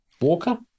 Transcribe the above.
walker